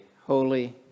holy